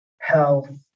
health